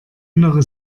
innere